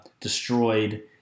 destroyed